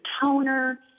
toner